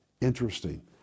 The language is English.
Interesting